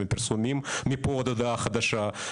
עם פרסומים מפה ועד ההודעה החדשה.